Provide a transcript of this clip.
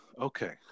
okay